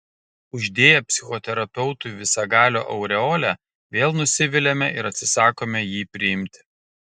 uždėję psichoterapeutui visagalio aureolę vėl nusiviliame ir atsisakome jį priimti